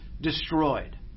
destroyed